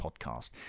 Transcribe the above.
podcast